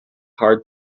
hard